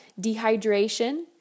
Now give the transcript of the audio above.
dehydration